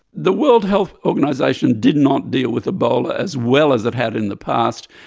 the world health organisation did not deal with ebola as well as it had in the past.